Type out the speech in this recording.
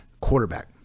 quarterback